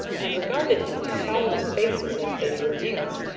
and regarded him with scowling faces as they drew near,